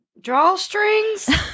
Drawstrings